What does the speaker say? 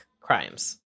crimes